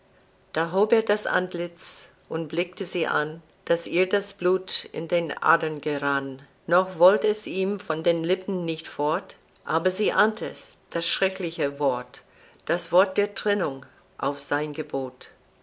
da hob er das antlitz und blickte sie an daß ihr das blut in den adern gerann noch wollt es ihm von den lippen nicht fort aber sie ahnt es das schreckliche wort das wort der trennung auf sein gebot